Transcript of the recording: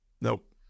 nope